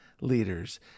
leaders